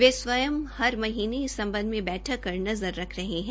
वह स्वयं हर महीने इस संबंध में बैठक कर नजर रख रहे हैं